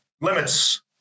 limits